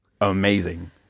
amazing